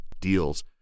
deals